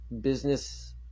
business